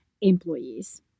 employees